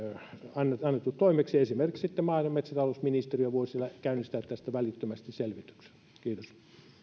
annettu annettu toimeksi esimerkiksi maa ja metsätalousministeriö voisi käynnistää tästä välittömästi selvityksen kiitos